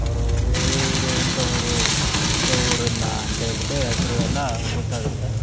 ಅವರು ಇವರು ಇಂಥ ಊರು ಇಂಥ ಊರೆಲ್ಲ ಅಂತೇಳ್ಬಿಟ್ಟು ಹೆಸ್ರು ಎಲ್ಲ ಗೊತ್ತಾಗುತ್ತೆ